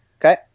Okay